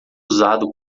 usado